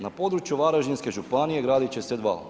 Na području Varaždinske županije gradit će se dva.